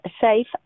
safe